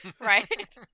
Right